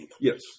Yes